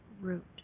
root